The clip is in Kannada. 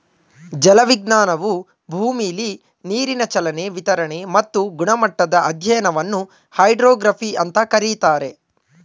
ಜಲವಿಜ್ಞಾನವು ಭೂಮಿಲಿ ನೀರಿನ ಚಲನೆ ವಿತರಣೆ ಮತ್ತು ಗುಣಮಟ್ಟದ ಅಧ್ಯಯನವನ್ನು ಹೈಡ್ರೋಗ್ರಫಿ ಅಂತ ಕರೀತಾರೆ